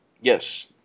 Yes